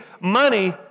money